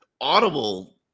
audible